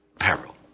peril